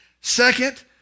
Second